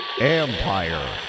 Empire